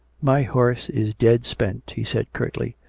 my horse is dead-spent, he said curtly.